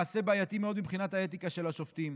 מעשה בעייתי מאוד מבחינת האתיקה של השופטים.